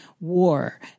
war